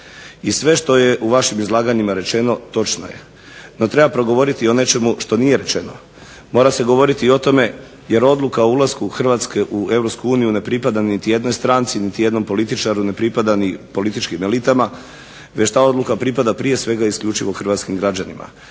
I sve što je u vašim izlaganjima rečeno točno je. No treba progovoriti i o nečemu što nije rečeno. Mora se govoriti i o tome jer odluka o ulasku Hrvatske u EU ne pripada niti jednoj stranci, niti jednom političaru, ne pripada ni političkim elitama već ta odluka pripada prije svega isključivo hrvatskim građanima.